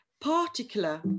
particular